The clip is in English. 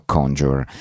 Conjure